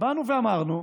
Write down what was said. באנו ואמרנו,